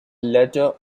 letter